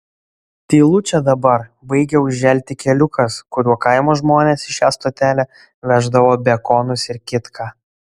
tylu čia dabar baigia užželti keliukas kuriuo kaimo žmonės į šią stotelę veždavo bekonus ir kitką